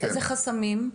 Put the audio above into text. אילו חסמים?